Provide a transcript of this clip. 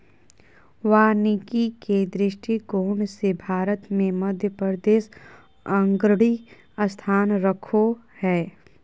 वानिकी के दृष्टिकोण से भारत मे मध्यप्रदेश अग्रणी स्थान रखो हय